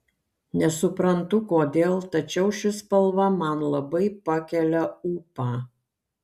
nesuprantu kodėl tačiau ši spalva man labai pakelia ūpą